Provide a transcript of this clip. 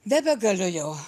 nebegaliu jau